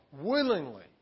willingly